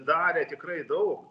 darė tikrai daug